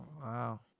Wow